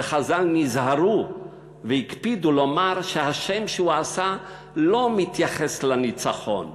וחז"ל נזהרו והקפידו לומר שהשם שהוא עשה לא מתייחס לניצחון.